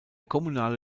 kommunale